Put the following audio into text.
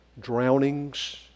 drownings